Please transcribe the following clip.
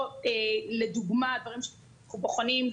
או לדוגמא דברים שאנחנו בוחרים,